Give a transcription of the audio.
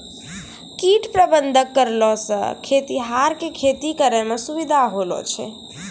कीट प्रबंधक करलो से खेतीहर के खेती करै मे सुविधा होलो छै